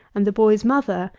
and the boy's mother,